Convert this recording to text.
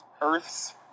Earths